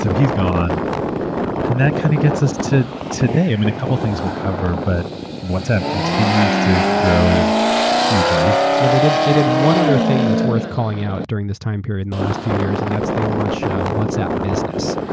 so he's gone and that kind of gets us to today, um and a couple things weaeurll cover but whatsapp continues to grow hugely. yeah, they did they did one other thing that's worth calling out during this time period in the last few years and that's they launched whatsapp business,